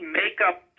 makeup